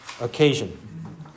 occasion